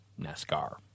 NASCAR